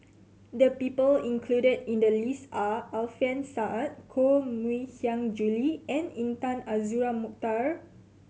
the people included in the list are Alfian Sa'at Koh Mui Hiang Julie and Intan Azura Mokhtar